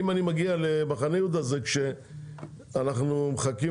אם אני מגיע למחנה יהודה - כשאנחנו מחכים